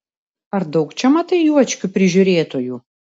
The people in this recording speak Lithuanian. ar daug čia matai juočkių prižiūrėtojų